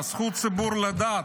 זכות הציבור לדעת,